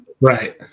Right